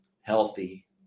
healthy